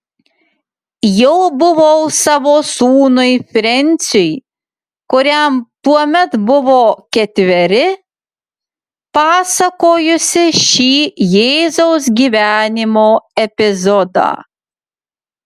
jau buvau savo sūnui frensiui kuriam tuomet buvo ketveri pasakojusi šį jėzaus gyvenimo epizodą